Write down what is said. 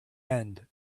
end